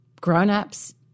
grown-ups